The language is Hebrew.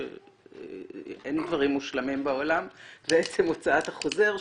שאין דברים מושלמים בעולם ובעצם הוצאת החוזר,